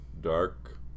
dark